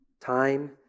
time